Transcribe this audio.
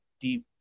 deep